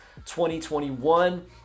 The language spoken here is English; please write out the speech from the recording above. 2021